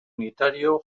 unitario